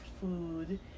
food